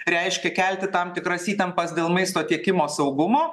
reiškia kelti tam tikras įtampas dėl maisto tiekimo saugumo